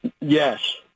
Yes